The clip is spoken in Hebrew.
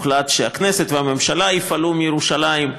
הוחלט שהכנסת והממשלה יפעלו מירושלים,